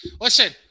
Listen